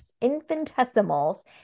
infinitesimals